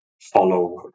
follow